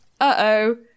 Uh-oh